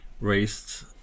raised